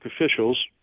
officials